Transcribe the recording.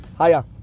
Hiya